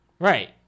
Right